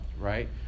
right